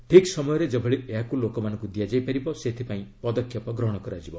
ଠିକ୍ ସମୟରେ ଯେଭଳି ଏହାକୁ ଲୋକମାନଙ୍କୁ ଦିଆଯାଇପାରିବ ସେଥିପାଇଁ ପଦକ୍ଷେପ ନିଆଯିବ